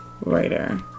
writer